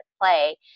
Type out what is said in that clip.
play